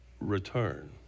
return